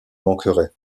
manquerait